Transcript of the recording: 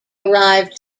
arrived